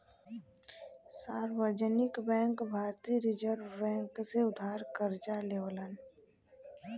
सार्वजनिक बैंक भारतीय reserve bank से उधार करजा लेवलन